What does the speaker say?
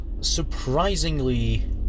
surprisingly